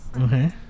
Okay